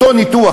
אותו ניתוח,